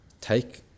take